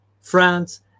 France